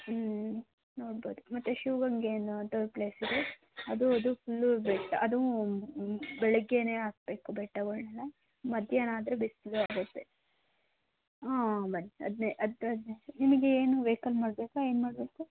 ಹ್ಞೂ ನೋಡ್ಬೌದು ಮತ್ತೆ ಶಿವಗಂಗೆ ಅನ್ನೋ ಅದು ಪ್ಲೇಸ್ ಇದೆ ಅದು ಅದು ಫುಲ್ಲು ಬೆಟ್ಟ ಅದು ಬೆಳಗ್ಗೇನೇ ಹತ್ಬೇಕು ಬೆಟ್ಟಗಳ್ನ ಮಧ್ಯಾಹ್ನ ಆದರೆ ಬಿಸ್ಲು ಆಗುತ್ತೆ ಹಾಂ ಅದನ್ನೆ ನಿಮಗೆ ಏನು ವೆಹಿಕಲ್ ಮಾಡ್ಬೇಕಾ ಏನು ಮಾಡಬೇಕು